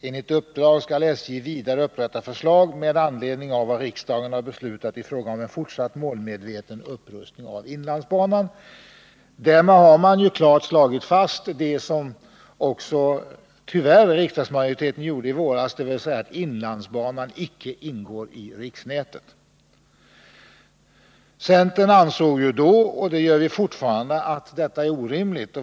Enligt uppdraget skall SJ vidare upprätta förslag med anledning av vad riksdagen har beslutat i fråga om en fortsatt målmedveten upprustning av inlandsbanan.” Därmed har man klart slagit fast vad som tyvärr också riksdagsmajoriteten uttalade i våras, dvs. att inlandsbanan icke ingår i riksnätet. Centern ansåg då — och anser fortfarande — att detta är orimligt.